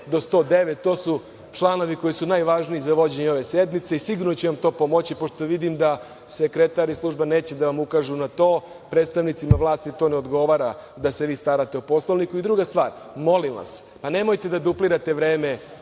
do 109. To su članovi koji su najvažniji za vođenje ove sednice i sigurno će vam to pomoći, pošto vidim da sekretar i služba neće da vam ukažu na to. Predstavnicima vlasti ne odgovara to, da se vi starate o Poslovniku. Druga stvar, molim vas, nemojte da duplirate vreme